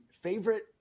favorite